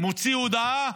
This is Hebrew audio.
מוציא הודעה